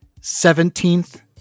seventeenth